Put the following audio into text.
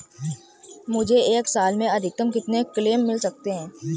मुझे एक साल में अधिकतम कितने क्लेम मिल सकते हैं?